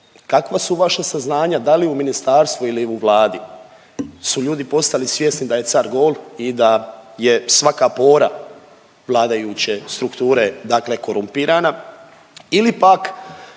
kakva su vaša saznanja da li u ministarstva ili u Vladi su ljudi postali svjesni da je car gol i da je svaka pora vladajuće strukture dakle korumpirana ili pak